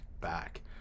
back